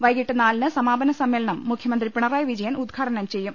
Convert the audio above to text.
വൈകീട്ട് നാലിന് സമാപന സമ്മേ ളനം മുഖ്യമന്ത്രി പിണറായി വിജയൻ ഉദ്ഘാടനം ചെയ്യും